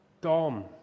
Dom